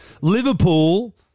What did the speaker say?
Liverpool